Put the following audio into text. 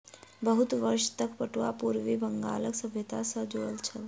बहुत वर्ष तक पटुआ पूर्वी बंगालक सभ्यता सॅ जुड़ल छल